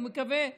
הוא מקווה שזה,